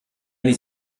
anni